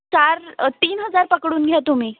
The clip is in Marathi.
चार तीन हजार पकडून घ्या तुम्ही